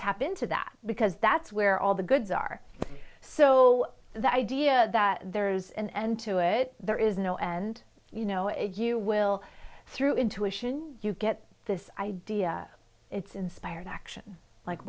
into that because that's where all the goods are so that idea that there's an end to it there is no and you know if you will through intuition you get this idea it's inspired action like